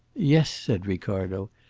yes, said ricardo,